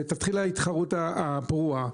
ותתחיל ההתחרות הפרועה,